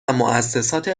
موسسات